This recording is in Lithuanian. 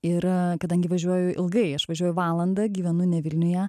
yra kadangi važiuoju ilgai aš važiuoju valandą gyvenu ne vilniuje